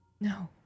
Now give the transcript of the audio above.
No